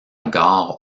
gare